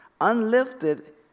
unlifted